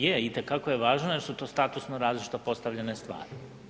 Je, itekako je važno jer su to statusno različito postavljene stvari.